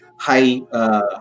high